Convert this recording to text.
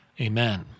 Amen